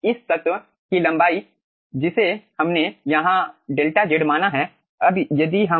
इस तत्व की लंबाई जिसे हमने यहाँ 𝛿 z माना है